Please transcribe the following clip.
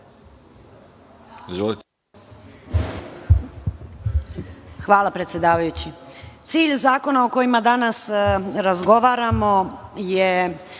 Hvala predsedavajući. Cilj